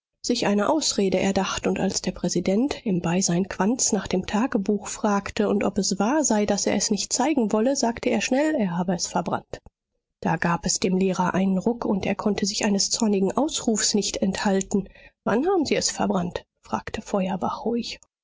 sich eine ausrede erdacht und als der präsident im beisein quandts nach dem tagebuch fragte und ob es wahr sei daß er es nicht zeigen wolle sagte er schnell er habe es verbrannt da gab es dem lehrer einen ruck und er konnte sich eines zornigen ausrufs nicht enthalten wann haben sie es verbrannt fragte feuerbach ruhig